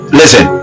listen